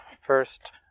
first